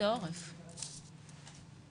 נמצאים בהדרכה והסברה בעיקר ברשויות יותר